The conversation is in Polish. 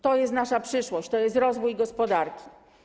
To jest nasza przyszłość, to jest rozwój gospodarki.